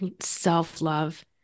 self-love